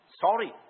Sorry